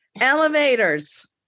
Elevators